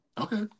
Okay